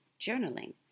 journaling